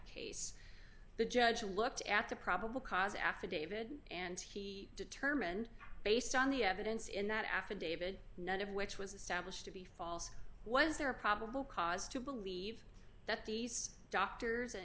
case the judge looked at the probable cause affidavit and he determined based on the evidence in that affidavit none of which was established to be false was there a probable cause to believe that these doctors and